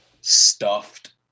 stuffed